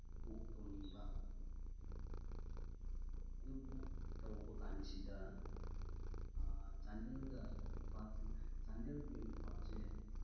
book ꯇꯧꯅꯤꯡꯕ ꯑꯗꯨ book ꯇꯧꯕꯀꯥꯟꯁꯤꯗ ꯆꯥꯟꯗꯦꯜꯒ ꯏꯝꯐꯥꯜ ꯇꯨ ꯆꯥꯟꯗꯦꯜ ꯇꯨ ꯏꯝꯐꯥꯜꯁꯦ